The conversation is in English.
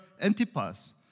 Antipas